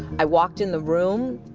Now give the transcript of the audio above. i walked in the room.